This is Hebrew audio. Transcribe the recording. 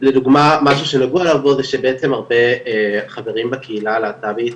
לדוגמה משהו שדיברו עליו פה זה שבעצם הרבה חברים בקהילה הלהט"בית,